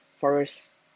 first